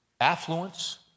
affluence